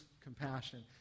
compassion